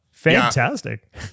Fantastic